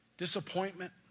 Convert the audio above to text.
Disappointment